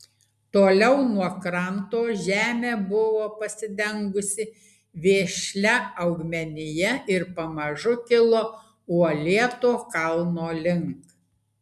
toliau nuo kranto žemė buvo pasidengusi vešlia augmenija ir pamažu kilo uolėto kalno link